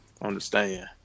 understand